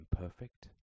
imperfect